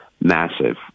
massive